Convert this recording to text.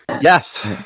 Yes